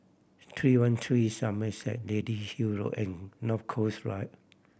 Three One Three Somerset Lady Hill Road and North Coast Drive